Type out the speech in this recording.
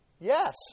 yes